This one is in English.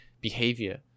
behavior